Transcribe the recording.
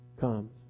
comes